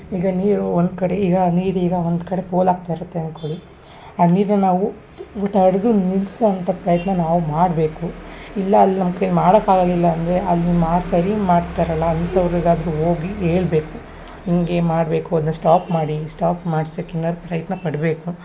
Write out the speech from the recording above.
ಈಗ ನೀರು ಒಂದು ಕಡೆ ಈಗ ನೀರು ಈಗ ಒಂದು ಕಡೆ ಪೋಲು ಆಗ್ತಾ ಇರುತ್ತೆ ಅಂದ್ಕೊಳಿ ಆ ನೀರನ್ನ ನಾವು ತಡೆದು ನಿಲ್ಸೊ ಅಂಥ ಪ್ರಯತ್ನ ನಾವು ಮಾಡಬೇಕು ಇಲ್ಲ ಅಲ್ಲಿ ನಮ್ಮ ಕೈಲಿ ಮಾಡಕ್ಕೆ ಆಗೋದಿಲ್ಲ ಅಂದರೆ ಅಲ್ಲಿ ನೀ ಮಾಡೋ ಸರಿ ಮಾಡ್ತಾರಲ್ಲ ಅಂಥವ್ರಿಗೆ ಆದರೂ ಹೋಗಿ ಹೇಳ್ಬೇಕು ಹಿಂಗೆ ಮಾಡಬೇಕು ಅದನ್ನ ಸ್ಟಾಪ್ ಮಾಡಿ ಸ್ಟಾಪ್ ಮಾಡ್ಸಕ್ಕೆ ಇನ್ನು ಪ್ರಯತ್ನ ಪಡಬೇಕು